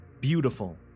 beautiful